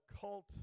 cult